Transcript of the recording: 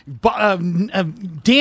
Dan